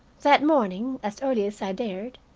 that morning, as early as i dared,